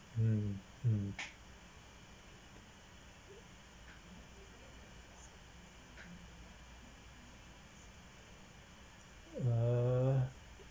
hmm hmm uh